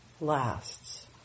lasts